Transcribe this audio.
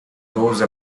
those